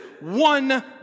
one